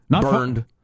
burned